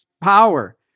power